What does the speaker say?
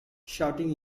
shouting